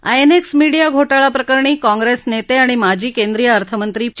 INX media घोटाळा प्रकरणी काँग्रेस नेते आणि माजी केंद्रीय अर्थमंत्री पी